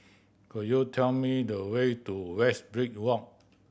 could you tell me the way to Westridge Walk